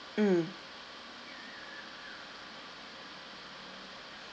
mm